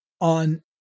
On